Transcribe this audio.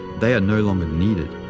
they are no longer needed,